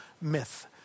myth